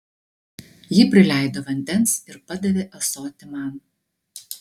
ji prileido vandens ir padavė ąsotį man